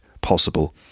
possible